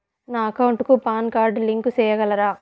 నా అకౌంట్ కు PAN card link సేయగలరా?